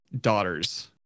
Daughters